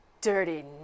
dirty